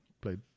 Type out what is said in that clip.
played